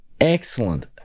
excellent